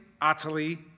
utterly